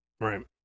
Right